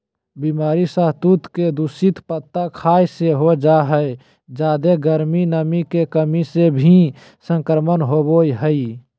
बीमारी सहतूत के दूषित पत्ता खाय से हो जा हई जादे गर्मी, नमी के कमी से भी संक्रमण होवई हई